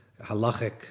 halachic